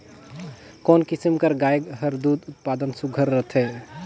कोन किसम कर गाय हर दूध उत्पादन बर सुघ्घर रथे?